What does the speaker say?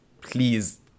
please